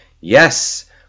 yes